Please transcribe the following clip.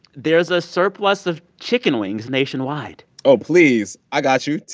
there's a surplus of chicken wings nationwide oh, please. i got you.